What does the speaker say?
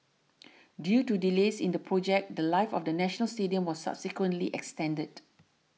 due to delays in the project the Life of the National Stadium was subsequently extended